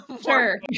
Sure